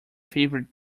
favorite